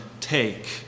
take